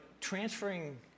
transferring